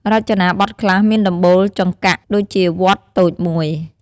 រចនាបទខ្លះមានដំបូលចង្កាក់ ដូចជាវត្តតូចមួយ។